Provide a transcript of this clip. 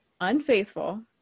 unfaithful